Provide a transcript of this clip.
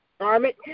garment